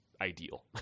ideal